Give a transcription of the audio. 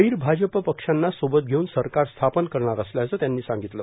गैरभाजप पक्षांना सोबत घेऊन सरकार स्थापन करणार असल्याचं त्यांनी सांगितलं